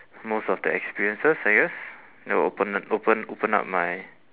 most of the experiences I guess that will open open open up my